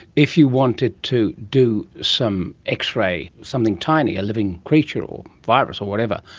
if you wanted to do some x-ray, something tiny, a living creature or a virus or whatever,